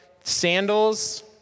sandals